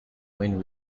when